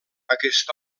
aquest